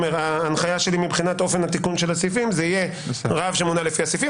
ההנחיה שלי מבחינת אופן התיקון של הסעיפים תהיה רב שמונה לפי הסעיפים,